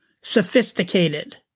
sophisticated